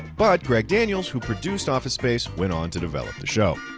but greg daniels, who produced office space, went on to develop the show.